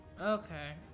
Okay